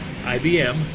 IBM